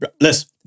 Listen